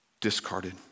discarded